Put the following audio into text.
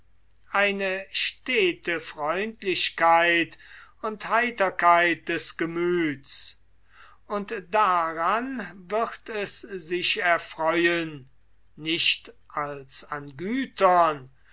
eine freundlichkeit und heiterkeit des gemüths und daran wird es sich erfreuen nicht als an gütern